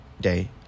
day